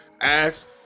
Ask